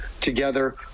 together